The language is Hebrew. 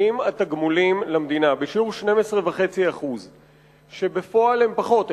האם התגמולים למדינה בשיעור 12.5% שבפועל הם פחות,